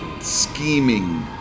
scheming